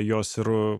jos ir